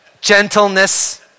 gentleness